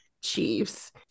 Chiefs